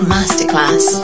Masterclass